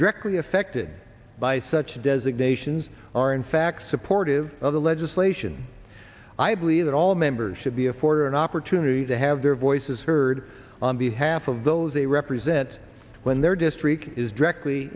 directly affected by such designations are in fact supportive of the legislation i believe that all members should be afforded an opportunity to have their voices heard on behalf of those a represent when their district is directly